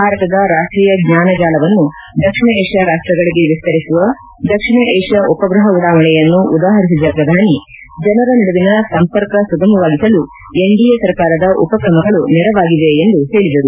ಭಾರತದ ರಾಷ್ಟೀಯ ಜ್ಞಾನ ಜಾಲವನ್ನು ದಕ್ಷಿಣ ಏಷ್ಠಾ ರಾಷ್ಟಗಳಗೆ ವಿಸ್ತರಿಸುವ ದಕ್ಷಿಣ ಏಷ್ಠಾ ಉಪಗ್ರಹ ಉಡಾವಣೆಯನ್ನು ಉದಾಹರಿಸಿದ ಪ್ರಧಾನಿ ಜನರ ನಡುವಿನ ಸಂಪರ್ಕ ಸುಗಮವಾಗಿಸಲು ಎನ್ಡಿಎ ಸರ್ಕಾರದ ಉಪಕ್ರಮಗಳು ನೆರವಾಗಿವೆ ಎಂದು ಹೇಳಿದರು